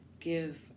give